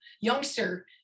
youngster